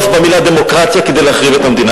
במלה דמוקרטיה כדי להחריב את המדינה.